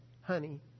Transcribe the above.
Honey